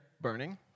burning